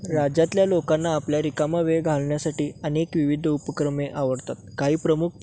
राज्यातल्या लोकांना आपल्या रिकामा वेळ घालण्यासाठी अनेक विविध उपक्रमे आवडतात काही प्रमुख